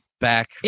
back